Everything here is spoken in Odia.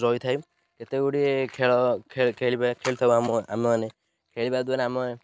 ରହିଥାଏ କେତେ ଗୁଡ଼ିଏ ଖେଳ ଖେଳିଥାଉ ଆମ ଆମେମାନେ ଖେଳିବା ଦ୍ୱାରା ଆମେ